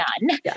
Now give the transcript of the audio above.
none